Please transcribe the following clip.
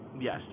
yes